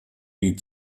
die